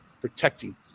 protecting